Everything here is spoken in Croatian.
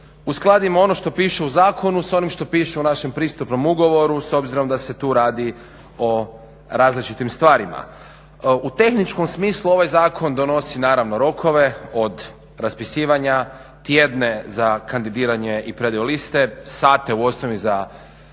uskladimo ono što piše u zakonu sa onim što piše u našem pristupnom ugovoru s obzirom da se tu radi o različitim stvarima. U tehničkom smislu ovaj zakon donosi naravno rokove od raspisivanja, tjedne za kandidiranje i predaju liste, sate u osnovi za objavu